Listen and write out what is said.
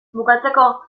bukatzeko